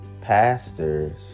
pastors